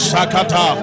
Sakata